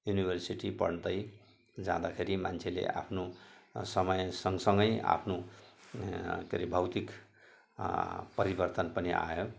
university पढ्दै जाँदाखेरि मान्छेले आफ्नो समय सँग सँगै आफ्नो के हरे भौतिक परिवर्तन पनि आयो